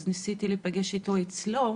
אז ניסיתי להיפגש איתו אצלו